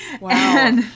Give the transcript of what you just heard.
Wow